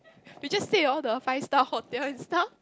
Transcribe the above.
we just stay in all the five star hotel and stuff